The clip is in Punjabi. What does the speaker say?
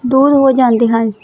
ਦੂਰ ਹੋ ਜਾਂਦੇ ਹਨ